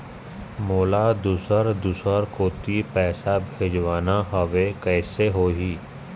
मोला दुसर दूसर कोती पैसा भेजवाना हवे, कइसे होही?